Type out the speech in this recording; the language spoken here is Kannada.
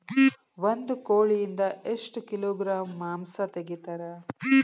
ಒಂದು ಕೋಳಿಯಿಂದ ಎಷ್ಟು ಕಿಲೋಗ್ರಾಂ ಮಾಂಸ ತೆಗಿತಾರ?